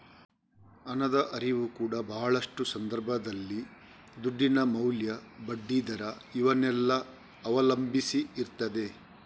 ಹಣದ ಹರಿವು ಕೂಡಾ ಭಾಳಷ್ಟು ಸಂದರ್ಭದಲ್ಲಿ ದುಡ್ಡಿನ ಮೌಲ್ಯ, ಬಡ್ಡಿ ದರ ಇವನ್ನೆಲ್ಲ ಅವಲಂಬಿಸಿ ಇರ್ತದೆ